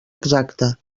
exacta